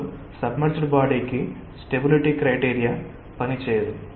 కాబట్టి సబ్మర్జ్డ్ బాడీకి stability criteria పనిచేయదు